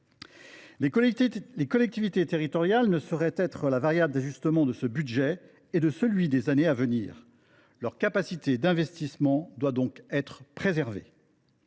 Les collectivités territoriales ne sauraient être la variable d’ajustement de ce budget et de celui des années à venir. Leur capacité d’investissement doit donc être préservée.